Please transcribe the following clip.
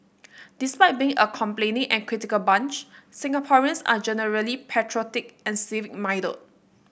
despite being a complaining and critical bunch Singaporeans are generally patriotic and civic minded